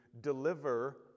deliver